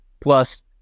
plus